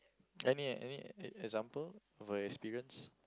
any any example of a experience